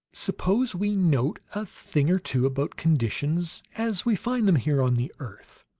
suppose we note a thing or two about conditions as we find them here on the earth.